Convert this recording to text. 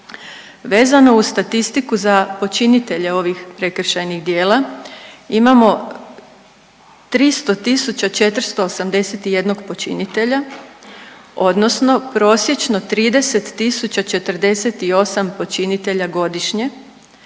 Vezano uz statistiku za počinitelje ovih prekršajnih djela imamo 300 481 počinitelja odnosno prosječno 30 048 počinitelja godišnje,